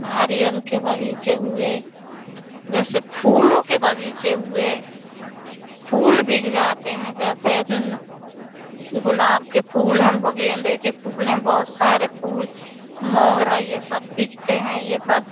नारियल के बग़ीचे हुए जैसे फूलों के बग़ीचे हुए फूल बिक जाते हैं जैसे गुलाब के फूल हैं व गेंदे के फूल हैं बहुत सारे फूल मोगरा ये सब बिकते हैं ये सब